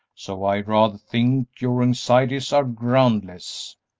so i rather think your anxieties are groundless.